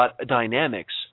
dynamics